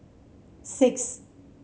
six